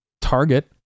target